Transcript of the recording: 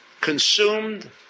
consumed